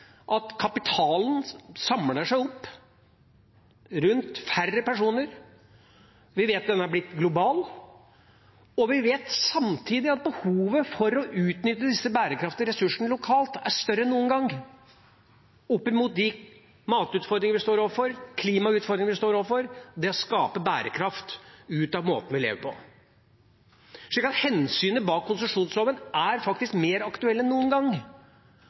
at kapitalen samler seg opp rundt færre personer. Vi vet den er blitt global, og vi vet samtidig at behovet for å utnytte disse bærekraftige ressursene lokalt er større enn noen gang, med tanke på de matutfordringene og klimautfordringene vi står overfor – det å skape bærekraft av måten vi lever på. Så hensynet bak konsesjonsloven er faktisk mer aktuelt enn noen gang,